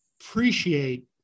appreciate